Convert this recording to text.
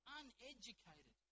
uneducated